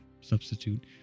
substitute